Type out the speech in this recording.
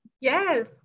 Yes